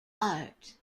art